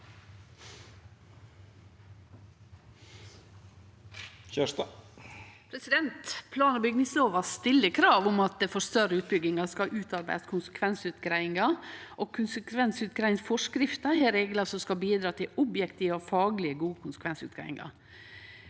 Plan- og byg- ningslova stiller krav om at det for større utbyggingar skal utarbeidast konsekvensutgreiing, og konsekvensutgreiingsforskrifta har reglar som skal bidra til objektive og fagleg gode konsekvensutgreiingar.